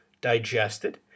digested